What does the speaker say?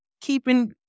keeping